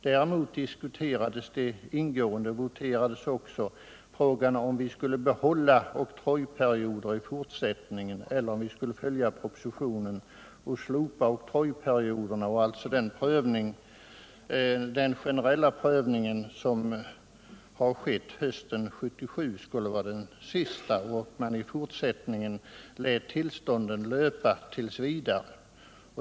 Däremot diskuterade man ingående och voterade i frågan om vi i fortsättningen skulle behålla oktrojperioderna eller följa propositionens förslag att slopa dessa och därmed den generella prövningen. Hösten 1977 skulle vara den sista generella oktrojprövningen, och i fortsättningen skulle tillstånden löpa tills vidare.